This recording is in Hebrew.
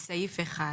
בסעיף 1